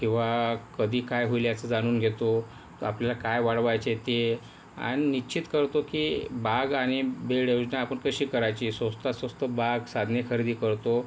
किंवा कधी काय होईल याचं जाणून घेतो आपल्याला काय वाढवायचं ते आणि निश्चित करतो की बाग आणि बेड योजना आपण कशी करायची स्वस्तात स्वस्त बाग साधने खरेदी करतो